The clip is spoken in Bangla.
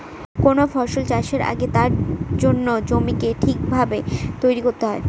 কোন ফসল চাষের আগে তার জন্য জমিকে ঠিক ভাবে তৈরী করতে হয়